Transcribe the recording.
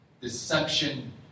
deception